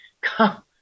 come